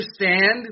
understand